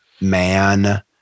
man